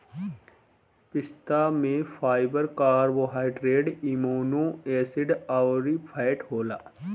पिस्ता में fibre, carbohydrate, amino acid अउरी फैट होला